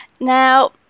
Now